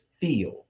feel